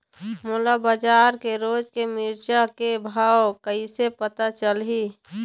मोला बजार के रोज के मिरचा के भाव कइसे पता चलही?